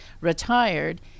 retired